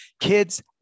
kids